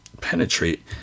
penetrate